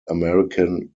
american